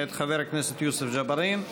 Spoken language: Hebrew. מאת חבר הכנסת יוסף ג'בארין.